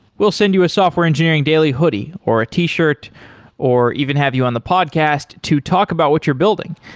we'll send you software engineering daily hoodie, or a t-shirt or even have you on the podcast to talk about what you're building.